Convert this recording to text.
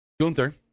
Gunther